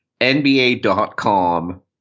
NBA.com